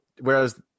whereas